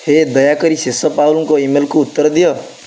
ହେ ଦୟାକରି ସେସ ପାଉଲଙ୍କ ଇମେଲକୁ ଉତ୍ତର ଦିଅ